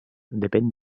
depèn